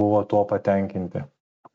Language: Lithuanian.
buvo tuo patenkinti